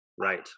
Right